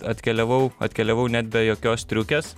atkeliavau atkeliavau net be jokios striukės